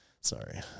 Sorry